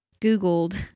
Googled